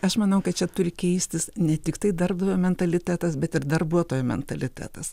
aš manau kad čia turi keistis ne tiktai darbdavio mentalitetas bet ir darbuotojų mentalitetas